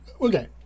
Okay